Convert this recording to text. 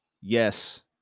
Yes